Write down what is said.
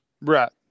right